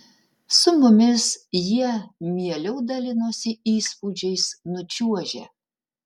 su mumis jie mieliau dalinosi įspūdžiais nučiuožę